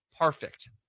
perfect